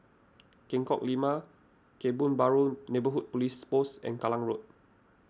Lengkok Lima Kebun Baru Neighbourhood Police Post and Kallang Road